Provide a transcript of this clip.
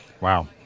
Wow